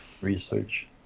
Research